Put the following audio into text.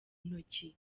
ntoki